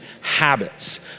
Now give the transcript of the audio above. habits